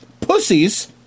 pussies